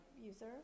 user